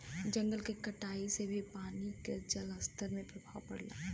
जंगल के कटाई से भी पानी के जलस्तर में प्रभाव पड़ला